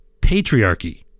patriarchy